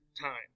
time